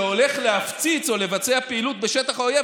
שהולך להפציץ או לבצע פעילות בשטח האויב,